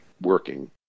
working